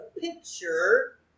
picture